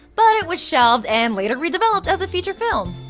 but it was shelved and later redeveloped as a feature film.